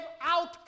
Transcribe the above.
out